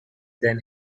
than